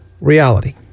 Reality